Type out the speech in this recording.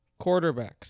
quarterbacks